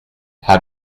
how